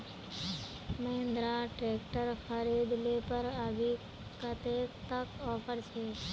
Mahindra tractor खरीद ले पर अभी कतेक तक ऑफर छे?